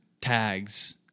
tags